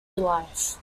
life